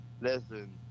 listen